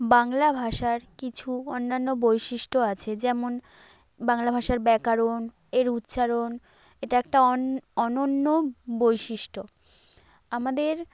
বাংলা ভাষার কিছু অন্যান্য বৈশিষ্ট্য আছে যেমন বাংলা ভাষার ব্যাকরণ এর উচ্চারণ এটা একটা অনন্য বৈশিষ্ট্য আমাদের